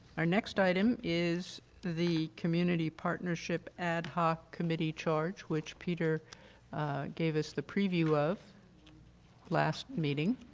our next item is the the community partnership ad hoc committee charge which peter gave us the preview of last meeting,